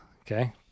okay